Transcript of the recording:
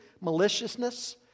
maliciousness